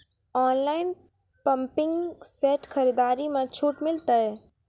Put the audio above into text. Online pumping set खरीदारी मे छूट मिलता?